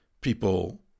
people